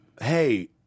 hey